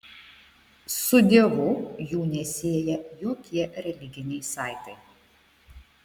su dievu jų nesieja jokie religiniai saitai